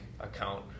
account